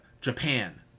Japan